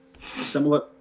similar